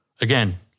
again